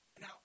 Now